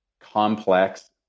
complex